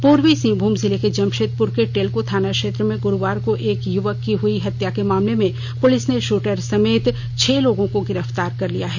पूर्वी सिंहभूम जिले के जमशेदपुर के टेल्को थाना क्षेत्र में गुरुवार को एक युवक की हुई हत्या के मामले में पुलिस ने शूटर समेत छह लोगों को गिरफ्तार कर लिया है